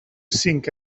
cinc